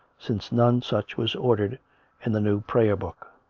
since none such was ordered in the new prayer-book.